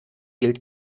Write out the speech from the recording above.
gilt